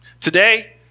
today